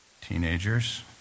teenagers